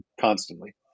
constantly